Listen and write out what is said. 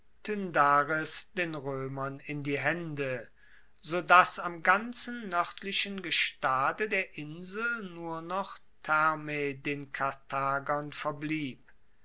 den roemern in die haende so dass am ganzen noerdlichen gestade der insel nur noch thermae den karthagern verblieb